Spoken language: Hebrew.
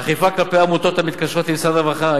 אכיפה כלפי עמותות המתקשרות עם משרד הרווחה,